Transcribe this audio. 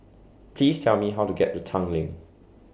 Please Tell Me How to get to Tanglin